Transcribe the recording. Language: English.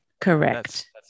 Correct